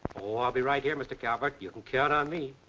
oh, i'll be right here, mr. calvert. you can count on me.